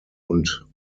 und